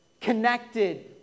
connected